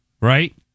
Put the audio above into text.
right